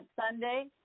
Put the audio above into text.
Sunday